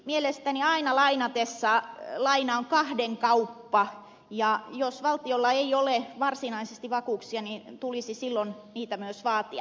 mielestäni aina lainatessa laina on kahden kauppa ja jos valtiolla ei ole varsinaisesti vakuuksia niin niitä tulisi silloin myös vaatia